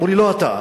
אמרו לי: לא אתה,